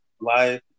Life